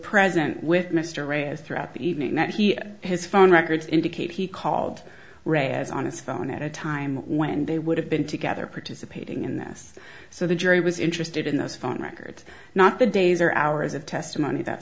present with mr ray as throughout the evening that he his phone records indicate he called whereas on his phone at a time when they would have been together participating in this so the jury was interested in those phone records not the days or hours of testimony that